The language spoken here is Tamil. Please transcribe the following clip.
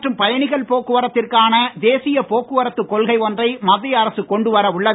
மற்றும் பயணிகள் போக்குவரத்திற்கான சரக்கு தேசிய போக்குவரத்து கொள்கை ஒன்றை மத்திய அரசு கொண்டு வர உள்ளது